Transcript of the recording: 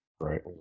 right